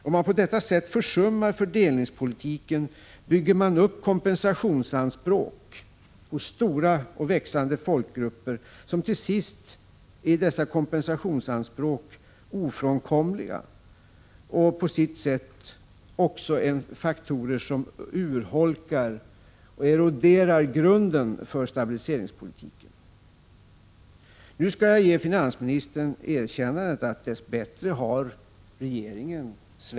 Om man på detta sätt försummar fördelningspolitiken, bygger man upp hos stora och växande folkgrupper kompensationsanspråk som till sist är ofrånkomliga och som på sitt sätt också urholkar och eroderar grunden för stabiliseringspolitiken. Nu skall jag ge finansministern ett erkännande att regeringen dess bättre svängt.